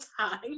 time